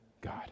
God